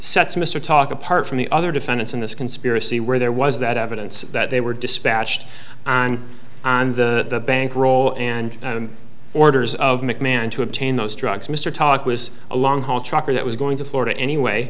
to mr talk apart from the other defendants in this conspiracy where there was that evidence that they were dispatched on on the bank roll and orders of mcmahon to obtain those drugs mr talk was a long haul trucker that was going to florida anyway